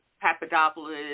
Papadopoulos